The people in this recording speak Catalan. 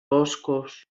boscos